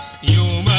your